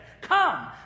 Come